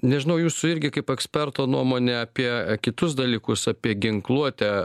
nežinau jūsų irgi kaip eksperto nuomonė apie kitus dalykus apie ginkluotę